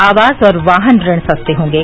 आवास और वाहन ऋण सस्ते होंगे